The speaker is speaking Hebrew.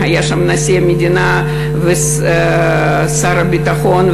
והיו שם נשיא המדינה ושר הביטחון,